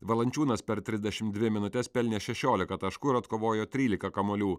valančiūnas per trisdešim dvi minutes pelnė šešiolika taškų ir atkovojo trylika kamuolių